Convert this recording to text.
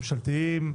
ממשלתיים,